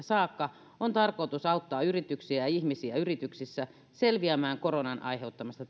saakka on tarkoitus auttaa yrityksiä ja ihmisiä yrityksissä selviämään koronan aiheuttamasta